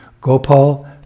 Gopal